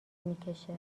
میکشه